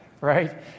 Right